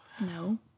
No